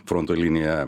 fronto linija